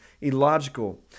illogical